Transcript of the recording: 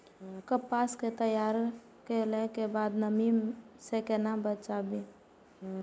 कपास के तैयार कैला कै बाद नमी से केना बचाबी?